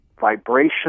vibration